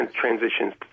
transitions